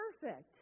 perfect